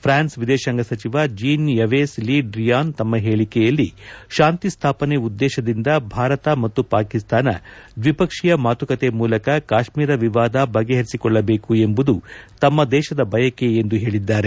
France ವಿದೇಶಾಂಗ ಸಚಿವ Jean Yves Le Drian ತಮ್ಮ ಹೇಳಿಕೆಯಲ್ಲಿ ಶಾಂತಿ ಸ್ವಾಪನೆ ಉದ್ದೇಶದಿಂದ ಭಾರತ ಮತ್ತು ಪಾಕಿಸ್ತಾನ ದ್ವೀಪಕ್ಷೀಯ ಮಾತುಕತೆ ಮೂಲಕ ಕಾಶ್ಮೀರ ವಿವಾದ ಬಗೆಹರಿಸಿಕೊಳ್ಳಬೇಕು ಎಂಬುದು ತಮ್ಮ ದೇಶದ ಬಯಕೆ ಎಂದು ಹೇಳಿದ್ದಾರೆ